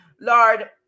Lord